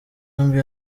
yombi